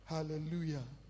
Hallelujah